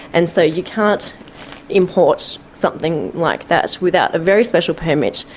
and so you can't import something like that without a very special permit.